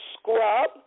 scrub